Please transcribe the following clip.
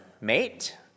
mate